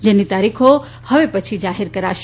જેની તારીખો હવે પછી જાહેર કરાશે